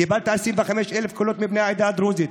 קיבלת 25,000 קולות מבני העדה הדרוזית.